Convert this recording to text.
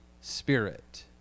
spirit